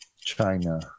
China